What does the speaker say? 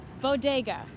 bodega